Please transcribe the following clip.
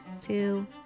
two